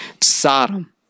Sodom